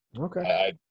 Okay